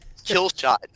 Killshot